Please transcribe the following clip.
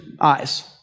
eyes